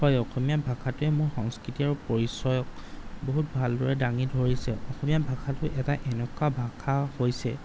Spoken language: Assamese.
হয় অসমীয়া ভাষাটোৱে মোক সংস্কৃতি আৰু পৰিচয়ক বহুত ভালদৰে দাঙি ধৰিছে অসমীয়া ভাষাটো এটা এনেকুৱা ভাষা হৈছে